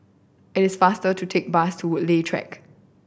it is faster to take bus to Woodleigh Track